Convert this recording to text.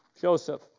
Joseph